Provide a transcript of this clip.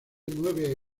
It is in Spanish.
nueve